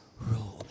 rule